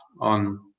on